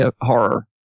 horror